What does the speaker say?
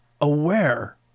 aware